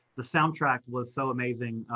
the soundtrack was so amazing.